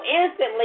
instantly